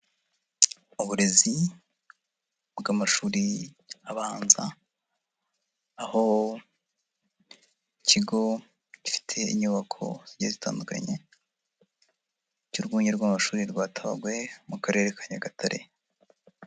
Uburezi bw'amashuri abanza aho ikigo gifite inyubako zigiye zitandukanye cy'urwunge rw'amashuri rwa Tabagwe mu karere ka Nyagatare.